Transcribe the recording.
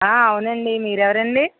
ఆ అవునండి మీరెవరండి